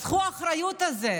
אז קחו אחריות על זה.